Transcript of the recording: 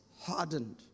hardened